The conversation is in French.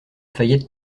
fayette